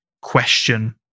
question